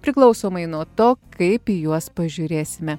priklausomai nuo to kaip į juos pažiūrėsime